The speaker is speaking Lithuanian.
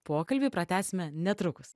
pokalbį pratęsime netrukus